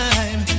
Time